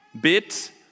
bit